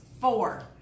Four